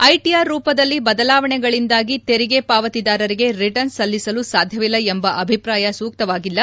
ITR ರೂಪದಲ್ಲಿ ಬದಲಾವಣೆಗಳಿಂದಾಗಿ ತೆರಿಗೆ ಪಾವತಿದಾರರಿಗೆ ರಿಟರ್ನ್ ಸಲ್ಲಿಸಲು ಸಾಧ್ಯವಿಲ್ಲ ಎಂಬ ಅಭಿಪ್ರಾಯ ಸೂಕ್ತವಾಗಿಲ್ಲ